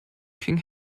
king